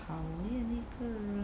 讨厌一个人